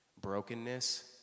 brokenness